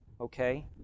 okay